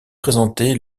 présenté